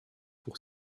pour